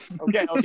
okay